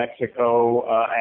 Mexico